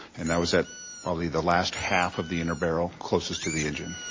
and that was at probably the last half of the inner barrel closest to the engine.